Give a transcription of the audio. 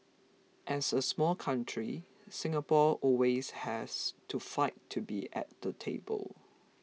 as a small country Singapore always has to fight to be at the table